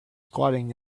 squatting